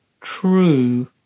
true